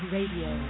Radio